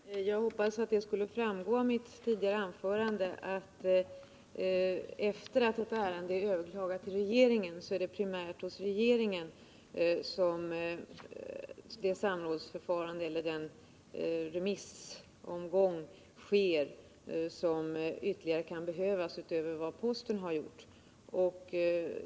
Herr talman! Jag hoppades att det skulle framgå av mitt tidigare anförande att efter det att ett ärende är överklagat till regeringen är det primärt regeringen som svarar för det ytterligare samråd som kan vara erforderligt.